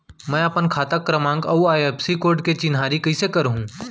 मैं अपन खाता क्रमाँक अऊ आई.एफ.एस.सी कोड के चिन्हारी कइसे करहूँ?